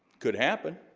could happen